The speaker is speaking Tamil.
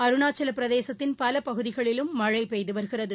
அருணாச்சலப்பிரதேசத்தின் பலபகுதிகளிலும் மழைபெய்துவருகிறது